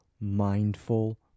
mindful